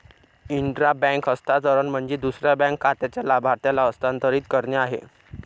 intra bank हस्तांतरण म्हणजे दुसऱ्या बँक खात्याच्या लाभार्थ्याला हस्तांतरित करणे आहे